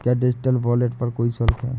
क्या digital wallet पर कोई शुल्क है?